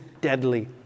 deadly